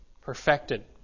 perfected